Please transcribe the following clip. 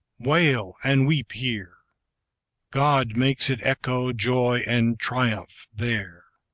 wail and weep here god makes it echo joy and triumph there.